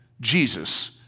Jesus